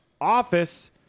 office